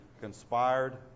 conspired